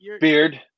beard